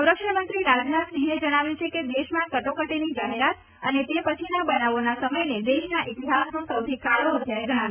સંરક્ષણ મંત્રી રાજનાથસિંહે જણાવ્યું છે કે દેશમાં કટોકટીની જાહેરાત અને તે પછીના બનાવોના સમયને દેશના ઇતિહાસનો સૌથી કાળો અધ્યાય ગણાવી શકાય